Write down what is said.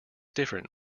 different